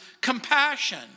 compassion